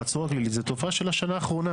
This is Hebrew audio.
בחצור הגלילית זה תופעה של השנה האחרונה.